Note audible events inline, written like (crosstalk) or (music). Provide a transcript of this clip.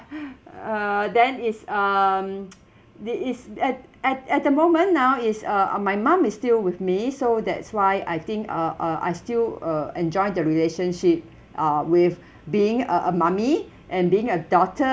(breath) uh then is um (noise) this is at at at the moment now is uh ah my mum is still with me so that's why I think uh uh I still uh enjoy the relationship uh with (breath) being a a mummy and being a daughter